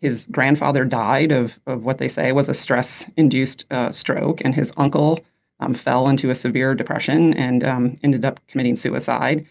his grandfather died of of what they say was a stress induced stroke and his uncle um fell into a severe depression and um ended up committing suicide.